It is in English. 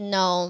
no